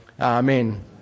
Amen